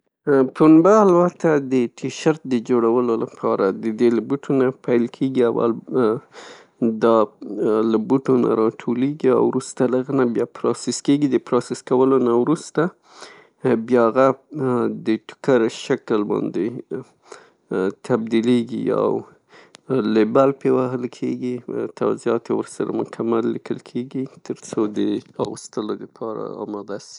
پنبه البته د ټي شرټ د جوړولو لپاره د دې له بوټو نه پیل کیږي، دا له بوټو نه راټولیږي او بیا وروسته له هغه نه پروسس کیږي، د پروسس کولو نه وروسته بیا هغه د ټوکر شکل باندې تبدیلیږي. لیبل پې باندې وهل کیږي، توضیحات یې ورسره مکمل لیکل کیږي؛ ترڅو د اغوستلو د پاره اماده سي.